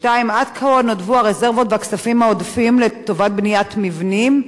2. עד כה נותבו הרזרבות והכספים העודפים לטובת בניית מבנים,